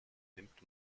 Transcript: nimmt